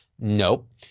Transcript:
nope